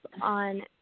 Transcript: on